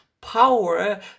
power